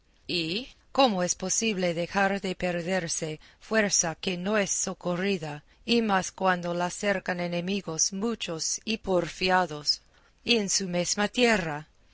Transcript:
y cómo es posible dejar de perderse fuerza que no es socorrida y más cuando la cercan enemigos muchos y porfiados y en su mesma tierra